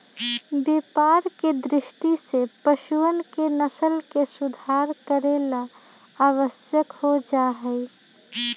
व्यापार के दृष्टि से पशुअन के नस्ल के सुधार करे ला आवश्यक हो जाहई